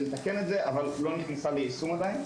לתקן את זה אבל לא נכנסה עדיין ליישום.